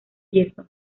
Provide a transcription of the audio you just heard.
yeso